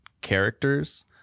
characters